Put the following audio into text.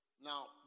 Now